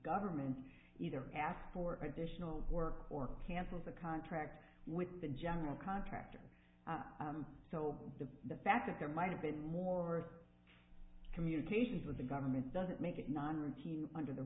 government either ask for additional work or cancels a contract with the general contractor so the the fact that there might have been more communications with the government doesn't make non routine under the